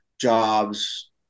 jobs